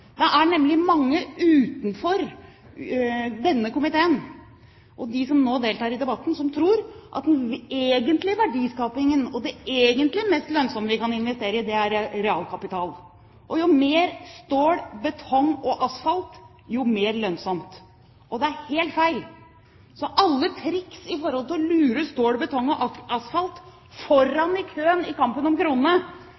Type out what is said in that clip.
Det er nemlig mange utenfor denne komiteen – og utenom de som nå deltar i denne debatten – som tror at den egentlige verdiskapingen og det egentlig mest lønnsomme vi kan investere i, er realkapital. Jo mer stål, betong og asfalt, jo mer lønnsomt. Det er helt feil! Så alle triks for å lure stål, betong og asfalt